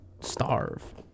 Starve